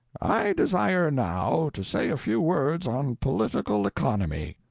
i desire, now, to say a few words on political economy.